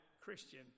Christian